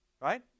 Right